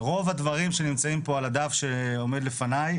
רוב הדברים שנמצאים פה על הדף שעומד לפניי,